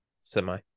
semi